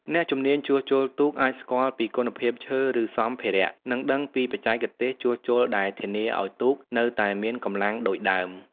អ្នកជំនាញជួសជុលទូកអាចស្គាល់ពីគុណភាពឈើ ឬសម្ភារៈ និងដឹងពីបច្ចេកទេសជួសជុលដែលធានាឲ្យទូកនៅតែមានកម្លាំងដូចដើម។